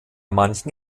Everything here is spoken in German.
manchen